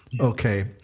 Okay